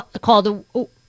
called